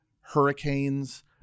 hurricanes